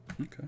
Okay